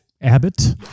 Abbott